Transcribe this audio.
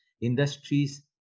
industries